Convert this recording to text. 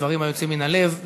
דברים היוצאים מן הלב.